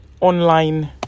online